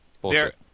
Bullshit